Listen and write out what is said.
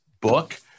book